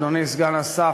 אדוני סגן השר,